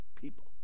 people